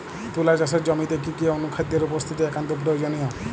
তুলা চাষের জমিতে কি কি অনুখাদ্যের উপস্থিতি একান্ত প্রয়োজনীয়?